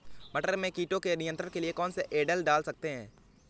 मटर में कीटों के नियंत्रण के लिए कौन सी एजल डाल सकते हैं?